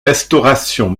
restaurations